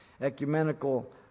ecumenical